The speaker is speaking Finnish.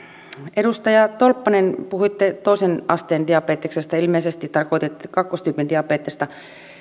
edustaja tolppanen puhuitte toisen asteen diabeteksesta ilmeisesti tarkoititte kakkostyypin diabetesta